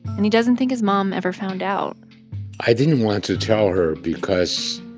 and he doesn't think his mom ever found out i didn't want to tell her because